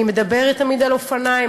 אני מדברת תמיד על אופניים.